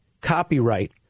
copyright